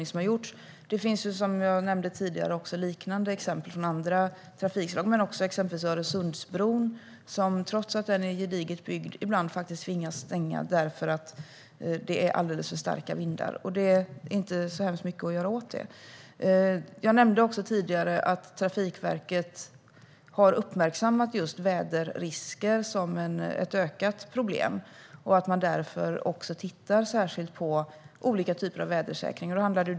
Som jag tidigare nämnt finns det liknande exempel från andra trafikslag. Öresundsbron är gediget byggd men tvingas ibland att stängas därför att vindarna är alldeles för starka. Det finns inte så mycket att göra åt detta. Jag nämnde också tidigare att Trafikverket har uppmärksammat just väderrisker som ett ökat problem. Man tittar därför särskilt på olika typer av vädersäkring.